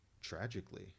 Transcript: tragically